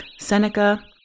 Seneca